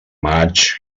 maig